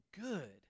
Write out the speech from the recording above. good